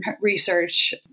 research